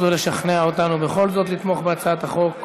לשכנע אותנו בכל זאת לתמוך בהצעת החוק.